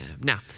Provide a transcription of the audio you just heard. Now